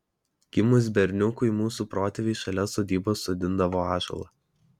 gimus berniukui mūsų protėviai šalia sodybos sodindavo ąžuolą